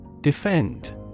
Defend